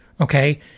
okay